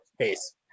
Peace